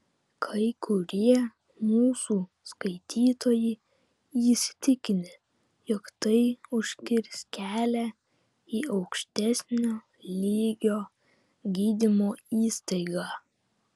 kai kurie mūsų skaitytojai įsitikinę jog tai užkirs kelią į aukštesnio lygio gydymo įstaigą